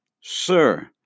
Sir